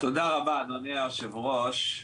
תודה רבה אדוני היושב ראש.